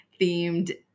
themed